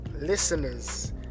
Listeners